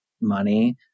money